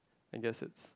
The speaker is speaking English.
I guess